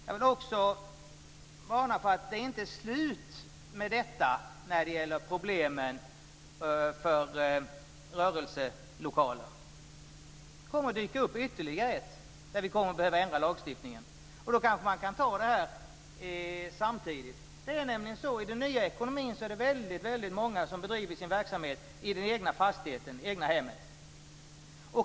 Jag vill också varna för att det inte är slut med detta när det gäller problemen för rörelselokaler. Det kommer att dyka upp ytterligare ett där vi kommer att behöva ändra lagstiftningen. Då kanske man kan ta detta samtidigt. I den nya ekonomin är det väldigt många som bedriver sin verksamhet i den egna fastigheten, i det egna hemmet.